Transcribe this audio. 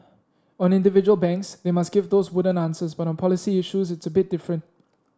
on individual banks they must give those wooden answers but on policy issues it's a bit different